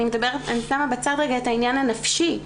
אני שמה בצד רגע את העניין הנפשי,